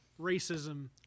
racism